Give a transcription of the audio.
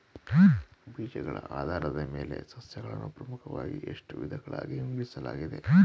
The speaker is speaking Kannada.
ಬೀಜಗಳ ಆಧಾರದ ಮೇಲೆ ಸಸ್ಯಗಳನ್ನು ಪ್ರಮುಖವಾಗಿ ಎಷ್ಟು ವಿಧಗಳಾಗಿ ವಿಂಗಡಿಸಲಾಗಿದೆ?